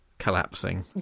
collapsing